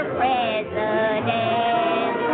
president